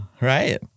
right